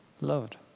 loved